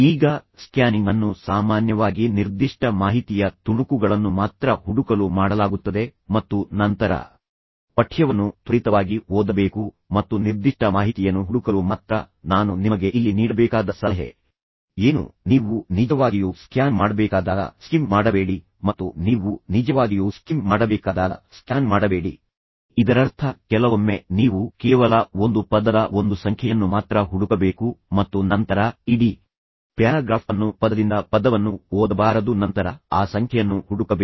ಈಗ ಸ್ಕ್ಯಾನಿಂಗ್ ಅನ್ನು ಸಾಮಾನ್ಯವಾಗಿ ನಿರ್ದಿಷ್ಟ ಮಾಹಿತಿಯ ತುಣುಕುಗಳನ್ನು ಮಾತ್ರ ಹುಡುಕಲು ಮಾಡಲಾಗುತ್ತದೆ ಮತ್ತು ನಂತರ ಪಠ್ಯವನ್ನು ತ್ವರಿತವಾಗಿ ಓದಬೇಕು ಮತ್ತು ನಿರ್ದಿಷ್ಟ ಮಾಹಿತಿಯನ್ನು ಹುಡುಕಲು ಮಾತ್ರ ನಾನು ನಿಮಗೆ ಇಲ್ಲಿ ನೀಡಬೇಕಾದ ಸಲಹೆ ಏನು ನೀವು ನಿಜವಾಗಿಯೂ ಸ್ಕ್ಯಾನ್ ಮಾಡಬೇಕಾದಾಗ ಸ್ಕಿಮ್ ಮಾಡಬೇಡಿ ಮತ್ತು ನೀವು ನಿಜವಾಗಿಯೂ ಸ್ಕಿಮ್ ಮಾಡಬೇಕಾದಾಗ ಸ್ಕ್ಯಾನ್ ಮಾಡಬೇಡಿ ಇದರರ್ಥ ಕೆಲವೊಮ್ಮೆ ನೀವು ಕೇವಲ ಒಂದು ಪದದ ಒಂದು ಸಂಖ್ಯೆಯನ್ನು ಮಾತ್ರ ಹುಡುಕಬೇಕು ಮತ್ತು ನಂತರ ಇಡೀ ಪ್ಯಾರಾಗ್ರಾಫ್ ಅನ್ನು ಪದದಿಂದ ಪದವನ್ನು ಓದಬಾರದು ನಂತರ ಆ ಸಂಖ್ಯೆಯನ್ನು ಹುಡುಕಬೇಕು